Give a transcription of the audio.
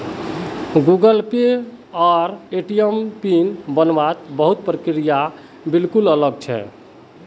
Google Pay आर ATM नेर pin बन वात बहुत प्रक्रिया बिल्कुल अलग छे